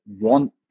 want